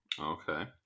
Okay